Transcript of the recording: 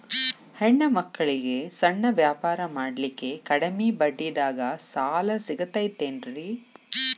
ಹೆಣ್ಣ ಮಕ್ಕಳಿಗೆ ಸಣ್ಣ ವ್ಯಾಪಾರ ಮಾಡ್ಲಿಕ್ಕೆ ಕಡಿಮಿ ಬಡ್ಡಿದಾಗ ಸಾಲ ಸಿಗತೈತೇನ್ರಿ?